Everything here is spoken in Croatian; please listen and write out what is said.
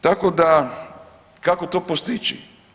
Tako da kako to postići?